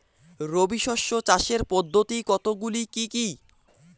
রবি শস্য চাষের পদ্ধতি কতগুলি কি কি?